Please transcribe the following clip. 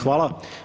Hvala.